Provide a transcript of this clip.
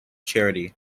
charity